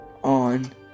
on